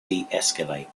deescalate